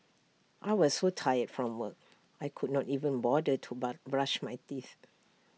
I was so tired from work I could not even bother to bar brush my teeth